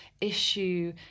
issue